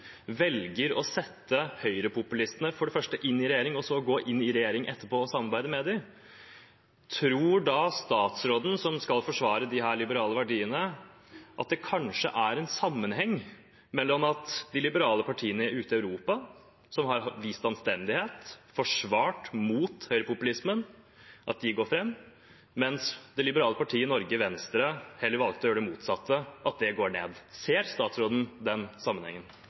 velger å sette høyrepopulistene inn i regjering og så etterpå gå inn i regjering og samarbeide med dem, tror da statsråden som skal forsvare disse liberale verdiene, at det kanskje er en sammenheng mellom at de liberale partiene ute i Europa – som har vist anstendighet, forsvart mot høyrepopulismen – går fram, mens det liberale partiet i Norge, Venstre, som heller valgte å gjøre det motsatte, går tilbake? Ser statsråden den sammenhengen?